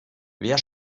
wer